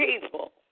people